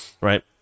right